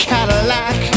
Cadillac